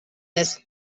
this